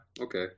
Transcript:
Okay